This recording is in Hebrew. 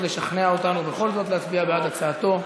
לשכנע אותנו בכל זאת להצביע בעד הצעתו.